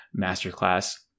Masterclass